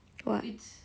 !wah!